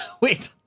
Wait